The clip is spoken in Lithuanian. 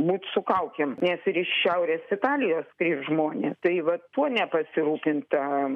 būt su kaukėm nes ir iš šiaurės italijos skris žmonės tai va tuo nepasirūpinta